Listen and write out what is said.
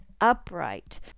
upright